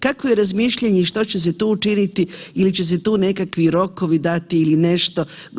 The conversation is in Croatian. Kakvo je razmišljanje i što će se tu učiniti ili će se tu nekakvi rokovi dati ili nešto.